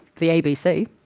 the abc,